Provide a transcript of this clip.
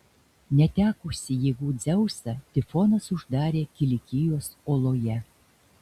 netekusį jėgų dzeusą tifonas uždarė kilikijos oloje